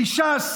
מש"ס,